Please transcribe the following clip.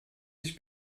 sich